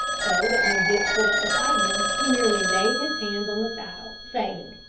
so that when dick pulled up beside him, he merely laid his hand on the saddle, saying,